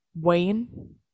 Wayne